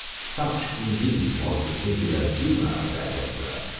such, indeed, was the singular humor of that emperor,